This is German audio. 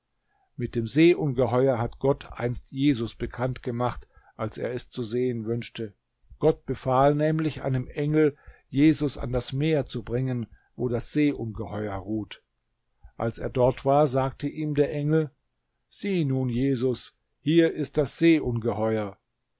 mit dem seeungeheuer hat gott einst jesus bekannt gemacht als er es zu sehen wünschte gott befahl nämlich einem engel jesus an das meer zu bringen wo das seeungeheuer ruht als er dort war sagte ihm der engel sieh nun jesus hier ist das seeungeheuer